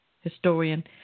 historian –